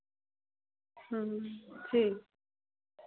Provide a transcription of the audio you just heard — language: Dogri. ठीक